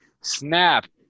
Snap